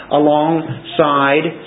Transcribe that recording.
alongside